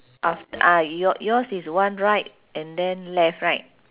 af~ ah your yours is one right and then left right